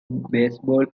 baseball